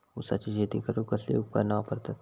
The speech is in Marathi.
ऊसाची शेती करूक कसली उपकरणा वापरतत?